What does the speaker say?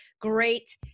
great